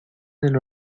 del